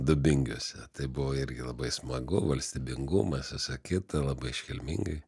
dubingiuose tai buvo irgi labai smagu valstybingumas visa kita labai iškilmingai